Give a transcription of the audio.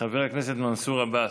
חבר הכנסת מנסור עבאס,